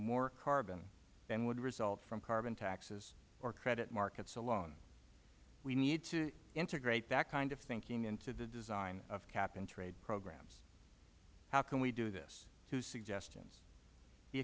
more carbon than would result from carbon taxes or credit markets alone we need to integrate that kind of thinking into the design of cap and trade programs how can we do this two suggestions